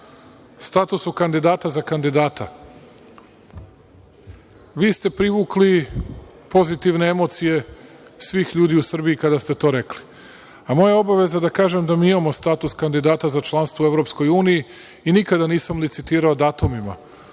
statusu kandidata za kandidata, vi ste privukli pozitivne emocije svih ljudi u Srbiji kada ste to rekli. A moja obaveza je da kažem da mi imao status kandidata za članstvo u EU i nikada nisam licitirao datumima.